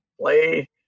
play